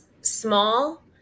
small